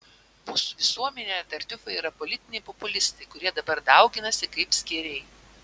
mūsų visuomenėje tartiufai yra politiniai populistai kurie dabar dauginasi kaip skėriai